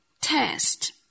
test